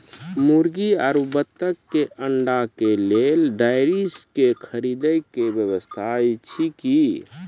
मुर्गी आरु बत्तक के अंडा के लेल डेयरी के खरीदे के व्यवस्था अछि कि?